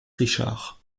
richard